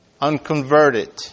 unconverted